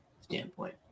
standpoint